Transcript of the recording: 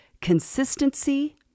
consistency